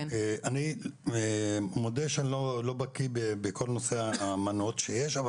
אני מודה שאני לא בקי בכל נושא האמנות שיש אבל